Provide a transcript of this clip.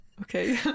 Okay